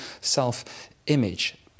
self-image